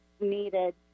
needed